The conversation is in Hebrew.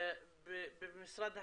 במשרד הכלכלה,